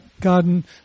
garden